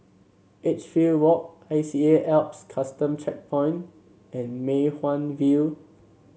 Edgefield Walk I C A Alps Custom Checkpoint and Mei Hwan View